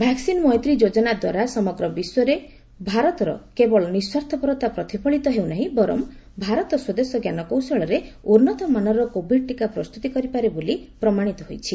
vaccine Maitri ଯୋଚ୍ଚନା ଦ୍ୱାରା ସମଗ୍ର ବିଶ୍ୱରେ ଭାରତର କେବଳ ନିଃସ୍ୱାର୍ଥପରତା ପ୍ରତିଫଳିତ ହେଉନାହିଁ ବର୍ଚ ଭାରତ ସ୍ୱଦେଶ ଜ୍ଞାନକୌଶଳରେ ଉନ୍ନତମାନର କୋଭିଡ ଟିକା ପ୍ରସ୍ତୁତି କରିପାରେ ବୋଲି ପ୍ରମାଣିତ ହୋଇଛି